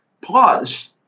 plus